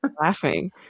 laughing